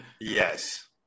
Yes